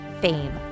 fame